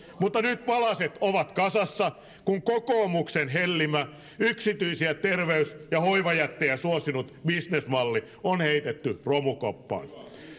mutta nyt palaset ovat kasassa kun kokoomuksen hellimä yksityisiä terveys ja hoivajättejä suosinut bisnesmalli on heitetty romukoppaan